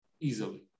easily